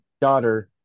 daughter